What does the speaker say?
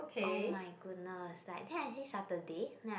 oh-my-goodness like then I say Saturday then I